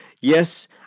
Yes